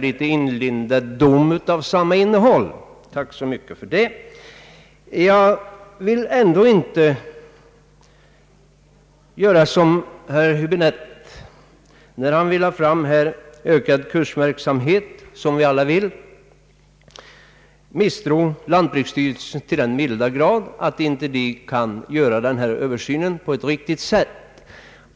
litet inlindad dom av samma innehåll. Tack så mycket för det! Jag vill inte som herr Häbinette — när han önskar ökad kursverksamhet, liksom vi alla — misstro lantbruksstyrelsen till den milda grad, att den inte skulle kunna göra denna översyn på ett riktigt sätt.